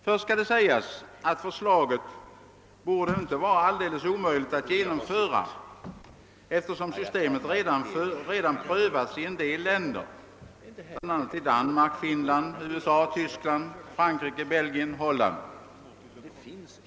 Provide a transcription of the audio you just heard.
Först skall det sägas att förslaget inte borde vara alldeles omöjligt att genomföra, eftersom systemet redan prövats i en del länder, bl.a. i Danmark, Finland, USA, Tyskland, Frankrike, Belgien och Holland.